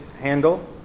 handle